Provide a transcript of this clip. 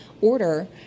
order